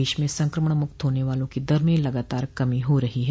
देश में सक्रमणमुक्त होने वालों की दर में लगातार कमी हो रही है